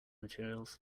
materials